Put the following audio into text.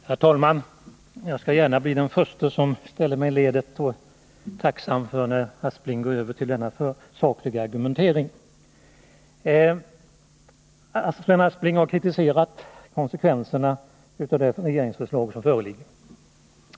Herr talman! Jag skall gärna bli den förste som ställer mig i ledet av tacksamma, när Sven Aspling går över till denna sakliga argumentering. Sven Aspling har kritiserat konsekvenserna av det regeringsförslag som föreligger.